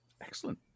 Excellent